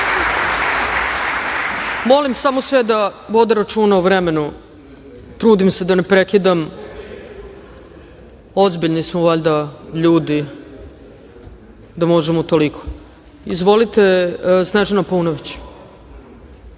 vam. Molim samo sve da vode računa o vremenu. Trudim se da ne prekidam. Ozbiljni smo valjda ljudi da možemo toliko. Izvolite. Snežana Paunović